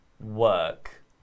work